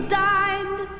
died